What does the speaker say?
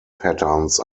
patterns